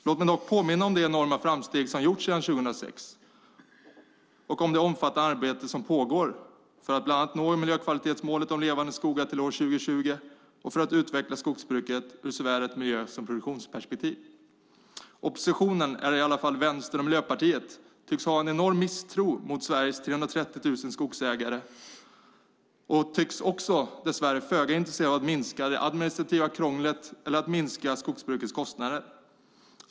Låt mig dock påminna om de enorma framsteg som gjorts sedan 2006 och det omfattande arbete som pågår för att bland annat nå miljökvalitetsmålet om levande skogar till år 2020 samt utveckla det svenska skogsbruket ur såväl ett miljö som produktionsperspektiv. Oppositionen, eller i alla fall Vänstern och Miljöpartiet, tycks ha en enorm misstro mot Sveriges 330 000 skogsägare och tycks också, dess värre, föga intresserade av att minska det administrativa krånglet eller skogsbrukets kostnader.